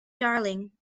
darling